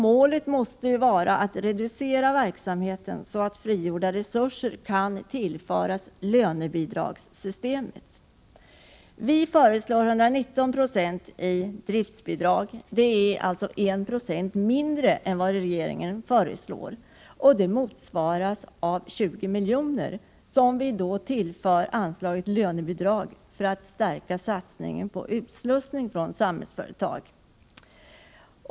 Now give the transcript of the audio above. Målet måste vara att reducera verksamheten så att frigjorda resurser kan tillföras lönebidragssystemet. Vi föreslår 119 90 i driftbidrag. Det är alltså 196 mindre än vad regeringen föreslår. Det motsvaras av 20 milj.kr., som vi vill tillföra anslaget Lönebidrag för att stärka satsningen på utslussning från Samhällsföretag.